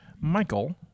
Michael